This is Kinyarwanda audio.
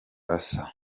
asa